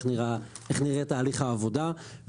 איך נראה תהליך העבודה,